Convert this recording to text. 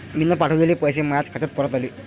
मीन पावठवलेले पैसे मायाच खात्यात परत आले